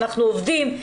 אנחנו עובדים.